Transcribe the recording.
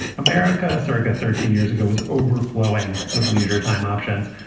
america saga thirteen years ago was overflowing with leisure time options.